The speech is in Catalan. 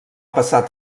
passat